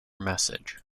message